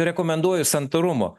rekomenduoju santūrumo